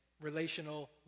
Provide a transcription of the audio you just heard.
relational